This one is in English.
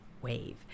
wave